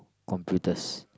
computers